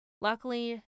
Luckily